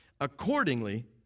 Accordingly